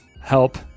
Help